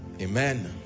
amen